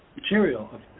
Material